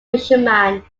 fisherman